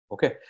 Okay